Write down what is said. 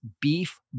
beef